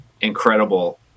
incredible